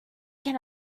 can